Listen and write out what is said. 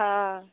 हँ